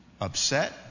upset